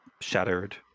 shattered